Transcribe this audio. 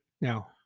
Now